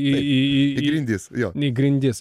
į grindis jo ne į grindis